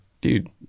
dude